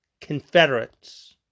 Confederates